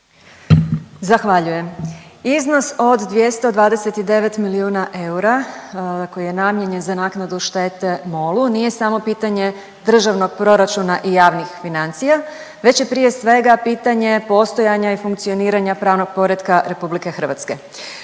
Zahvaljujem. Iznos od 229 milijuna eura koji je namijenjen za naknadu štete MOL-u nije samo pitanje državnog proračuna i javnih financija, već je prije svega pitanje postojanja i funkcioniranja pravnog poretka RH.